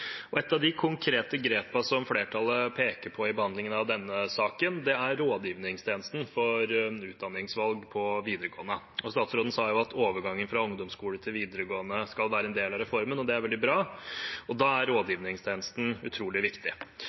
Et av de konkrete grepene flertallet peker på i behandlingen av denne saken, er rådgivningstjenesten for utdanningsvalg på videregående. Statsråden sa at overgangen fra ungdomsskole til videregående skal være en del av reformen, og det er veldig bra. Da er rådgivningstjenesten utrolig viktig.